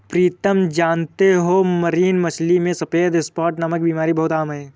प्रीतम जानते हो मरीन मछली में सफेद स्पॉट नामक बीमारी बहुत आम है